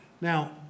Now